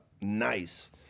nice